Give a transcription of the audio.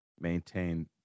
maintain